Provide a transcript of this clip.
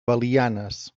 belianes